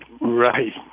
Right